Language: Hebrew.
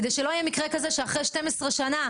כדי שלא יהיה מקרה כזה שאחרי 12 שנה,